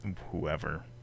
Whoever